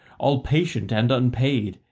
all patient and unpaid,